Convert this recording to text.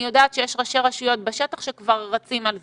אני יודעת שיש ראשי רשויות בשטח שכבר רצים עם זה.